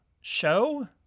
show